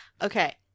Okay